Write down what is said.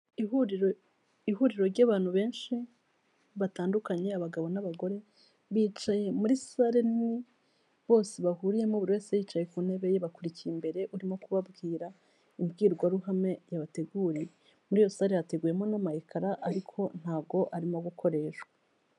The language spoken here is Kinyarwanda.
Ihuriro ihuriro ry'abantu benshi batandukanye, abagabo n'abagore, bicaye muri sare nini bose bahuriyemo buri wese yicaye ku ntebe ye bakurikiye imbere urimo kubabwira imbwirwaruhame yabateguriye, muri iyo hateguwemo n'amayekara ariko ntabwo arimo gukoreshwa.